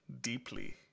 deeply